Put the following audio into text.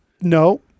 No